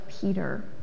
Peter